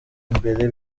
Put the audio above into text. imbere